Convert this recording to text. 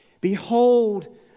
Behold